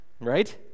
Right